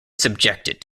subjected